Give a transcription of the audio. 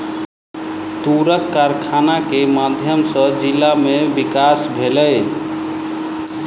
तूरक कारखाना के माध्यम सॅ जिला में विकास भेलै